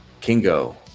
Kingo